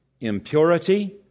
impurity